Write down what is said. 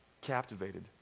captivated